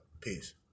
Peace